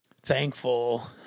thankful